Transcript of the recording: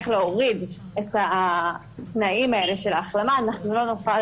להוריד את התנאים האלה של ההחלמה אנחנו לא נוכל